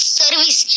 service